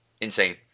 Insane